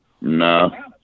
No